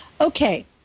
okay